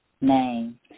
name